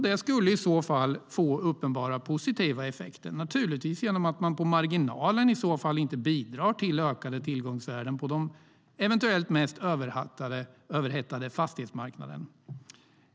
Det skulle få uppenbara positiva effekter, naturligtvis genom att man på marginalen i så fall inte bidrar till ökade tillgångsvärden på den eventuellt mest överhettade fastighetsmarknaden.